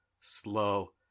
slow